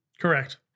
Correct